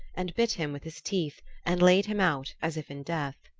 and bit him with his teeth and laid him out as if in death.